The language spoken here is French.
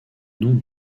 nom